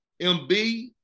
MB